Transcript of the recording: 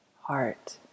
heart